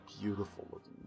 beautiful-looking